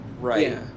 right